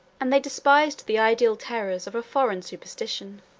and they despised the ideal terrors of a foreign superstition.